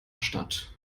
statt